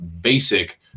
basic